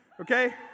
Okay